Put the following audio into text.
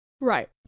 Right